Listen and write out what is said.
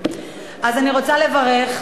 אז אני רוצה לברך,